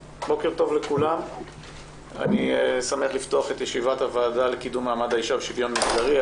אני שמח לפתוח את ישיבת הוועדה לקידום מעמד האישה ושוויון מגדרי.